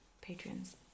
patrons